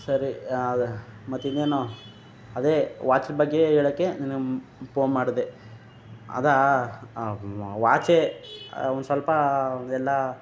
ಸರಿ ದಾ ಮತ್ತಿನ್ನೇನು ಅದೇ ವಾಚ್ ಬಗ್ಗೆಯೇ ಹೇಳೋಕ್ಕೆ ನಿನಗೆ ಪೋನ್ ಮಾಡಿದೆ ಅದು ವಾಚೇ ಸ್ವಲ್ಪ ಎಲ್ಲಾ